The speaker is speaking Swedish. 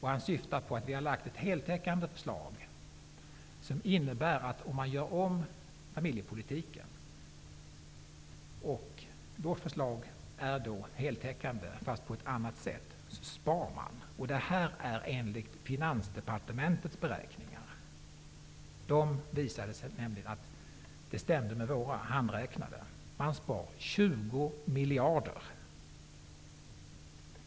Han syftade på att vi har lagt fram ett heltäckande förslag. Om man gör om familjepolitiken är vårt förslag heltäckande, men man sparar på ett annat sätt. Detta är enligt Finansdepartementets beräkningar. Det visade sig nämligen att deras beräkningar stämde med våra handräknade. Vi spar 20 miljarder.